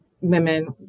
women